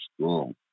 school